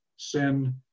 sin